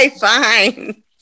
Fine